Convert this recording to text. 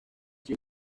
sido